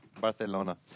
Barcelona